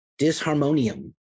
Disharmonium